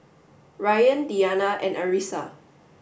Ryan Diyana and Arissa